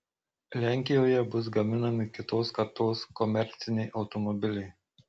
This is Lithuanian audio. lenkijoje bus gaminami kitos kartos komerciniai automobiliai